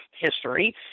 history